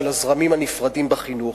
של הזרמים הנפרדים בחינוך,